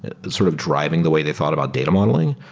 and sort of driving the way they thought about data modeling.